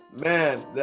Man